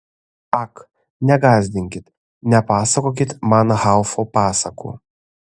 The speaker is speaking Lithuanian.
ak negąsdinkit nepasakokit man haufo pasakų